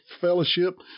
fellowship